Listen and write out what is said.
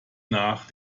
nach